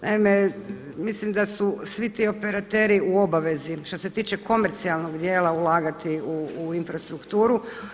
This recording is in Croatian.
Naime, mislim da su svi ti operateri u obavezi što se tiče komercijalnog dijela ulagati u infrastrukturu.